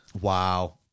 wow